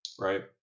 Right